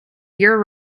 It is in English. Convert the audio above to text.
year